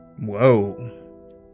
Whoa